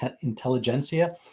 intelligentsia